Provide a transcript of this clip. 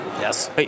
Yes